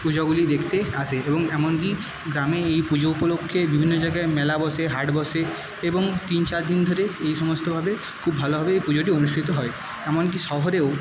পুজোগুলি দেখতে আসে এবং এমনকি গ্রামে এই পুজো উপলক্ষে বিভিন্ন জায়গায় মেলা বসে হাট বসে এবং তিন চার দিন ধরে এই সমস্তভাবে খুব ভালোভাবে এই পুজোটি অনুষ্ঠিত হয় এমনকি শহরেও